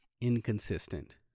inconsistent